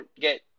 get